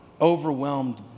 overwhelmed